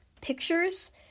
pictures